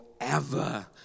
forever